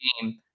game